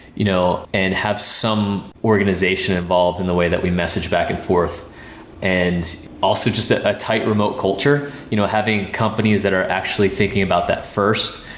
you know and have some organization involved in the way that we message back and forth and also just a ah tight remote culture, you know having companies that are actually thinking about that first.